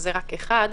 שזה רק אחד,